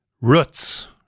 roots